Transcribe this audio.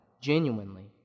genuinely